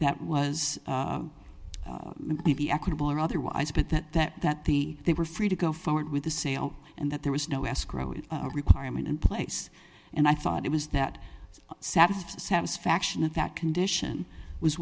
that was maybe equitable or otherwise but that that that the they were free to go forward with the sale and that there was no escrow is a requirement in place and i thought it was that satisfies the satisfaction of that condition was